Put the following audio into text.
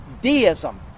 Deism